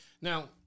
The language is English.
Now